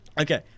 Okay